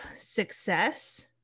success